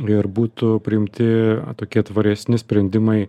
ir būtų priimti tokie tvaresni sprendimai